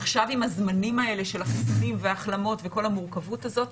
עכשיו עם הזמנים האלה של החיסונים והחלמות וכל המורכבות הזאת,